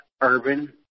Urban